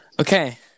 Okay